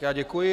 Já děkuji.